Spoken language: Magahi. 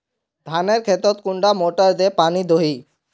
धानेर खेतोत कुंडा मोटर दे पानी दोही?